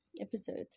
episodes